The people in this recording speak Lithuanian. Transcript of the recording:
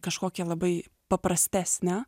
kažkokią labai paprastesnę